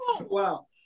Wow